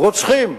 "רוצחים".